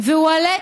והועליתי